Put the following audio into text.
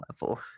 level